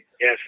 Yes